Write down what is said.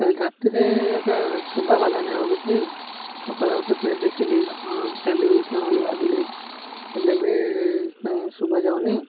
କାଲି ରାତିରେ ଏକ ଶୁଭାଗଲାନି ଆଉ କିଛି ସକାଳ ହଉ ତ ପ ଦେଖିଲି ହଁ ଚାଲିବ କି କ'ଣ ହେଲି ଭାବିଲି ହେଲେ ବି କାଇଁ ଶୁଭା ଯାଉନି